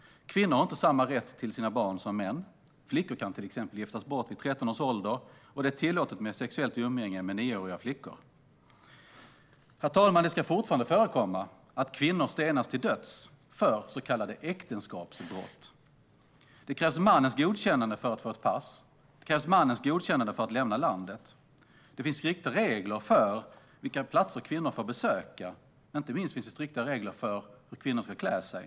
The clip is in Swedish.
Kvinnor har inte samma rätt till sina barn som män. Flickor kan till exempel giftas bort vid tretton års ålder, och det är tillåtet med sexuellt umgänge med nioåriga flickor. Herr talman! Det förekommer fortfarande att kvinnor stenas till döds för så kallade äktenskapsbrott. Det krävs mannens godkännande för att få ett pass. Det krävs mannens godkännande för att lämna landet. Det finns strikta regler för vilka platser kvinnor får besöka. Inte minst finns det strikta regler för hur kvinnor ska klä sig.